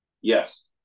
Yes